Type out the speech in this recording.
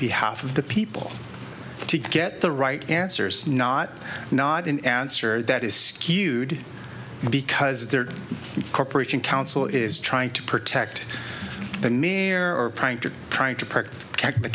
behalf of the people to get the right answers not not an answer that is skewed because the corporation counsel is trying to protect the me air or